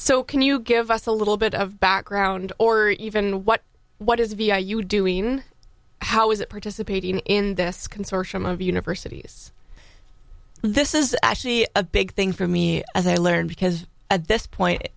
so can you give us a little bit of background or even what what is a b are you doing how is it participating in this consortium of universities this is actually a big thing for me as i learn because at this point